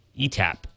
ETAP